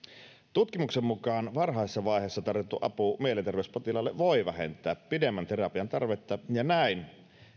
tutkimuksen mukaan varhaisessa vaiheessa tarjottu apu mielenterveyspotilaille voi vähentää pidemmän terapian tarvetta ja näin